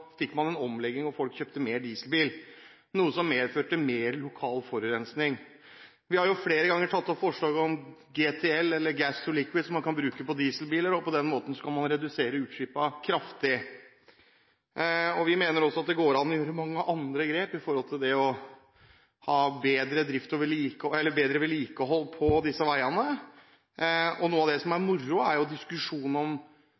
fikk man en omlegging, og folk kjøpte mer dieselbil. Dette medførte mer lokal forurensning. Vi har flere ganger fremmet forslag om GTL – eller gas to liquids – som man kan bruke på dieselbiler og på den måten redusere utslippene kraftig. Vi mener også at det går an å gjøre mange andre grep når det gjelder bedre vedlikehold på disse veiene. Noe av det som er moro, er diskusjonen om